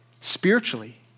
Spiritually